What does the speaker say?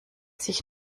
sich